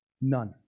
None